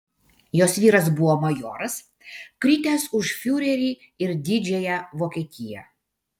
jos vyras buvo majoras kritęs už fiurerį ir didžiąją vokietiją